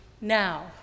now